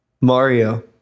Mario